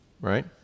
right